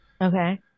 Okay